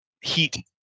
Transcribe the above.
heat